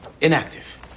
Inactive